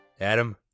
Adam